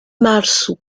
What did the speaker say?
março